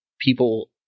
people